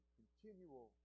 continual